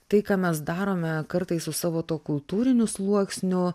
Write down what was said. tai ką mes darome kartais su savo tuo kultūrinio sluoksniu